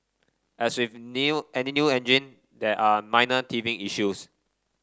as with new any new engine there are minor teething issues